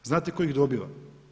Znate tko ih dobiva?